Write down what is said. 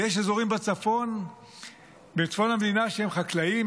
ויש אזורים בצפון המדינה שהם חקלאיים,